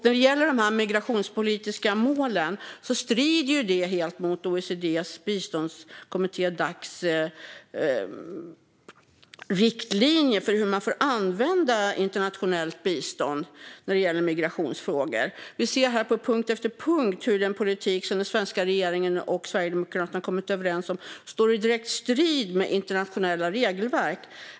När det gäller de migrationspolitiska målen strider det helt mot OECD:s biståndskommitté Dacs riktlinjer för hur man får använda internationellt bistånd i relation till migrationsfrågor. Vi ser på punkt efter punkt hur den politik som den svenska regeringen och Sverigedemokraterna har kommit överens om står i direkt strid med internationella regelverk.